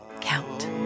count